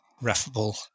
referable